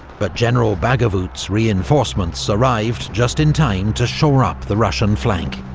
but general baggovut's reinforcements arrived just in time to shore up the russian flank.